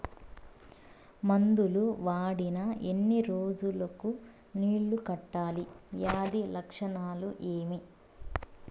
మందులు వాడిన ఎన్ని రోజులు కు నీళ్ళు కట్టాలి, వ్యాధి లక్షణాలు ఏమి?